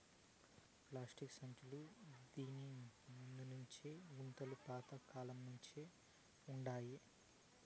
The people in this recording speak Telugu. ప్లాస్టిక్ సంచీలు ఈ దినమొచ్చినా గోతాలు పాత కాలంనుంచే వుండాయి